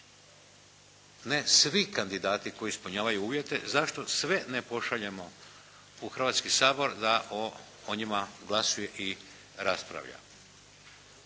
ne svi kandidati koji ispunjavaju uvijete, zašto sve ne pošaljemo u Hrvatski sabor da o njima glasuje i raspravlja.